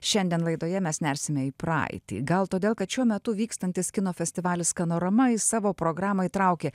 šiandien laidoje mes nersime į praeitį gal todėl kad šiuo metu vykstantis kino festivalis sanorama į savo programą įtraukė